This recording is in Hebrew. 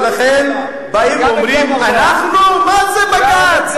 ולכן באים ואומרים: מה זה בג"ץ?